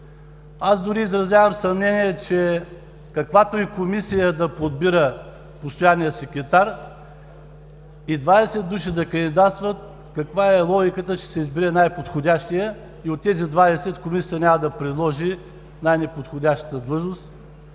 Аз дори изразявам съмнение, че каквато и комисия да се подбира за постоянния секретар, и 20 души да кандидатстват, каква е логиката, че ще се избере най-подходящият и от тези 20 комисията няма да предложи най-неподходящата длъжност,